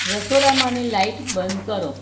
રસોડામાંની light બંધ કરો